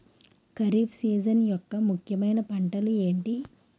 Kharif season యెక్క ముఖ్యమైన పంటలు ఏమిటీ?